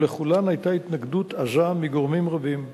ולכולן היתה התנגדות עזה מגורמים רבים.